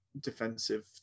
defensive